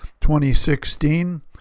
2016